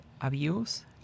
abuse